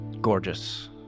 gorgeous